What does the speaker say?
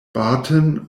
barton